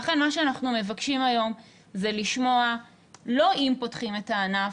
לכן מה שאנחנו מבקשים היום זה לשמוע לא אם פותחים את הענף,